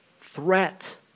threat